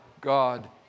God